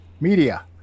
media